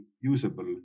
usable